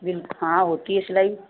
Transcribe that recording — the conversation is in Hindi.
बिल हाँ होती है सिलाई